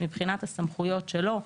מבחינת הסמכויות שלו,